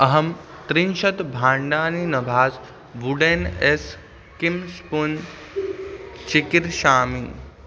अहं त्रिंशत् भाण्डानि नभास् बुडेन् एस् क्रीम् स्पून् चिक्रीषामि